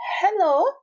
hello